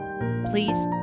Please